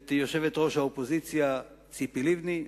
את יושבת-ראש האופוזיציה ציפי לבני.